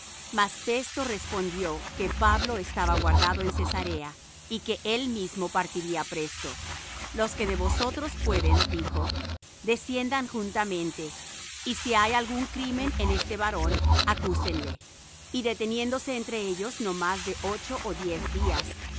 mas festo respondió que pablo estaba guardado en cesarea y que él mismo partiría presto los que de vosotros pueden dijo desciendan juntamente y si hay algún crimen en este varón acúsenle y deteniéndose entre ellos no más de ocho ó diez días